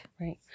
Right